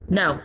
no